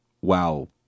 wow